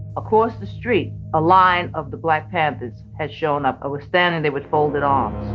across the street, a line of the black panthers had shown up. i was standing there with folded arms.